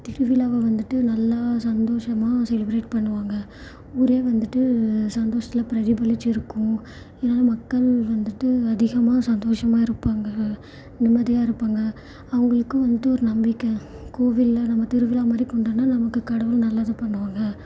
திருவிழாவை வந்துவிட்டு நல்லா சந்தோஷமாக செலிப்ரேட் பண்ணுவாங்க ஊரே வந்துவிட்டு சந்தோஷத்தில் பிரதிபலிச்சு இருக்கும் ஏன்னா மக்கள் வந்துவிட்டு அதிகமாக சந்தோஷமாக இருப்பாங்க நிம்மதியாக இருப்பாங்க அவங்களுக்கும் வந்துட்டு ஒரு நம்பிக்கை கோவிலில் நம்ம திருவிழாமாதிரி கொண்டாடினா நமக்கு கடவுள் நல்லது பண்ணுவாங்க